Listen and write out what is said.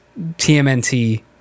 TMNT